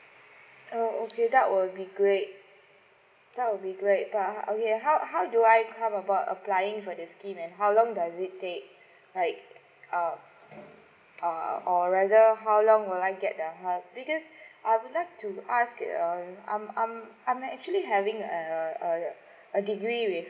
oh okay that will be great that will be great but okay how how do I come about applying for this scheme and how long does it take like uh um uh or rather how long will I get that because I would like to ask um I'm um I'm actually having a a degree with